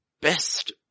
best